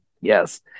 yes